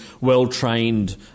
well-trained